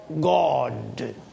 God